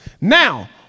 Now